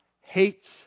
hates